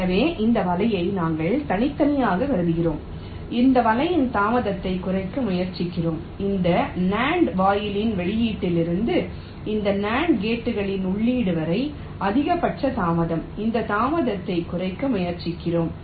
எனவே இந்த வலையை நாங்கள் தனித்தனியாக கருதுகிறோம் இந்த வலையின் தாமதத்தை குறைக்க முயற்சிக்கிறோம் இந்த NAND வாயிலின் வெளியீட்டிலிருந்து இந்த NAND கேட்களின் உள்ளீடு வரை அதிகபட்ச தாமதம் இந்த தாமதத்தை குறைக்க முயற்சிக்கிறோம்